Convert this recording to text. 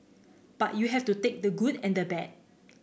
but you have to take the good and the bad